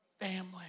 family